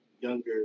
younger